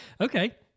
Okay